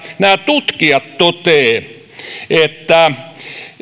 nämä tutkijat toteavat että